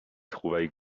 trouvailles